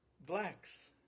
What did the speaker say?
blacks